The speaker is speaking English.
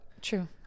True